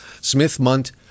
Smith-Munt